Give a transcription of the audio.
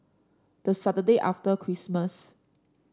the Saturday after Christmas